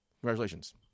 congratulations